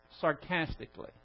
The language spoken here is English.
sarcastically